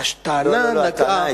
הטענה נגעה, לא, לא, לא.